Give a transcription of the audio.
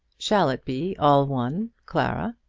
shall it be all one, clara?